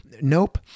Nope